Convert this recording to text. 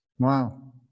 Wow